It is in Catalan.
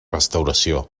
restauració